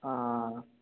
ఆ